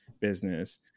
business